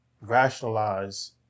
rationalize